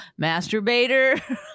Masturbator